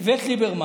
איווט ליברמן,